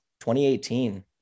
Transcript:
2018